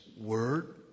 Word